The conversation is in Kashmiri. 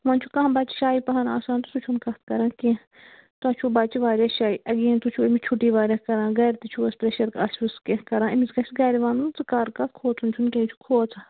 وَنہِ چھُ کانٛہہ بچہٕ شَے پہن آسان تہٕ سُہ چھُنہٕ کَتھ کَران کیٚنٛہہ تۄہہِ چھُو بچہٕ وارِیاہ شَے اَگین تُہۍ چھُو أمِس چھُٹی وارِیاہ کَران گرِ تہِ چھُ ہوس پرٛیٚشر آسہِ ہُس کیٚنٛہہ کَران أمِس گَژھِ گرِ وَنُن ژٕ کر کتھ کھوٚژُن چھُنہٕ کیٚنٛہہ یہِ چھُ کھوٚژان